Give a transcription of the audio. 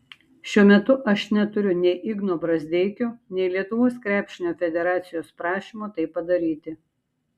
šiuo metu aš neturiu nei igno brazdeikio nei lietuvos krepšinio federacijos prašymo tai padaryti